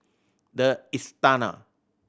The Istana